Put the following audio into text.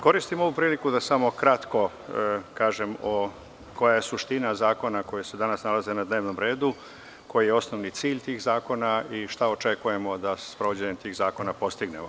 Koristim ovu priliku da kratko kažem samo koja je suština zakona koji se danas nalaze na dnevnom redu, koji je osnovni cilj tih zakona i šta očekujemo da sprovođenjem tih zakona postignemo.